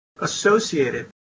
associated